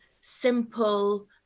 simple